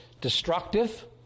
destructive